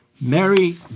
Mary